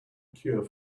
cure